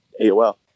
aol